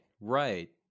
right